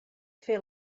fer